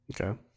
Okay